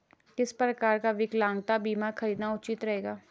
किस प्रकार का विकलांगता बीमा खरीदना उचित रहेगा?